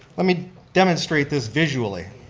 let me demonstrate this visually.